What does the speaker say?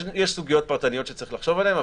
יש סוגיות פרטניות שצריך לחשוב עליהן,